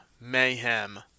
mayhem